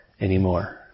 anymore